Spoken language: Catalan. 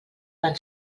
van